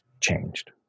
changed